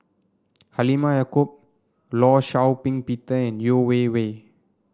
Halimah Yacob Law Shau Ping Peter and Yeo Wei Wei